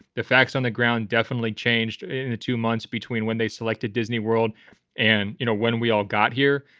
the facts on the ground definitely changed in the two months between when they selected disneyworld and, you know, when we all got here.